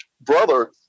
brother